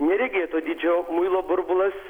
neregėto dydžio muilo burbulas